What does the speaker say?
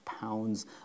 pounds